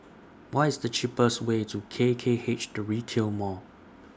What IS The cheapest Way to K K H The Retail Mall